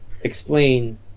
explain